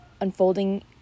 unfolding